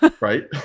Right